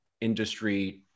industry